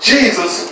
Jesus